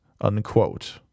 unquote